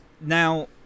Now